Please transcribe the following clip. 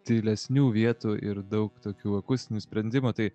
tylesnių vietų ir daug tokių akustinių sprendimų tai